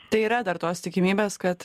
tai yra dar tos tikimybės kad